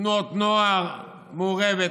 תנועות נוער מעורבות.